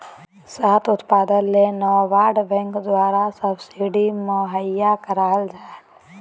शहद उत्पादन ले नाबार्ड बैंक द्वारा सब्सिडी मुहैया कराल जा हय